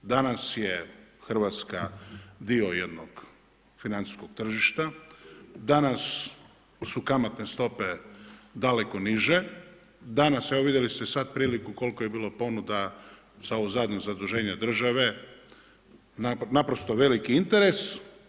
Danas je Hrvatska dio jednog financijskog tržišta, danas su kamatne stope daleko niže, danas, evo vidjeli ste sad priliku koliko je bilo ponuda za zaduženje države, naprosto veliki interes.